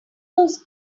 those